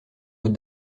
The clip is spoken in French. aux